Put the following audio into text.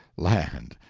land,